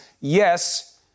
yes